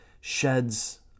sheds